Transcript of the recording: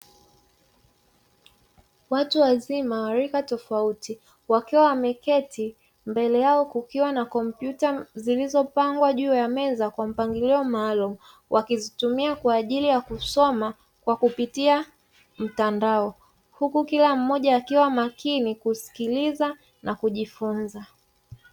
Watu wazima rika tofauti wakiwa wameketi, mbele yao kukiwa na kompyuta zilizopangwa juu ya meza kwa mpangilio maalumu wakizitumia kwa ajili ya kusoma kwa kupitia mtandao, huku kila mmoja akiwa makini kusikiliza na kujifunza.